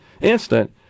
instant